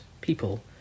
people